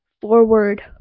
forward